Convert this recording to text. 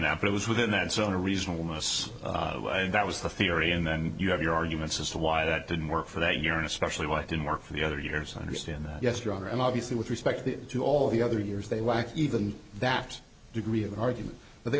that it was within that zone a reasonable most and that was the theory and then you have your arguments as to why that didn't work for that year especially why didn't work for the other years i understand that yes your honor and obviously with respect to all the other years they lack even that degree of argument but they